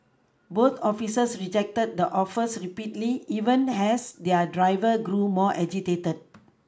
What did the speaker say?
both officers rejected the offers repeatedly even as their driver grew more agitated